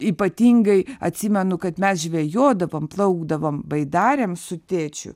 ypatingai atsimenu kad mes žvejodavom plaukdavom baidarėm su tėčiu